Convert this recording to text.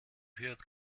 führt